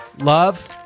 Love